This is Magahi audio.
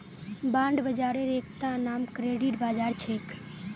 बांड बाजारेर एकता नाम क्रेडिट बाजार छेक